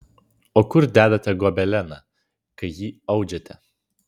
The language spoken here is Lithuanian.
o kur dedate gobeleną kai jį audžiate